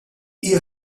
hija